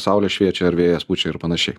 saulė šviečia ar vėjas pučia ir panašiai